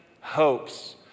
hopes